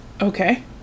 Okay